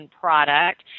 product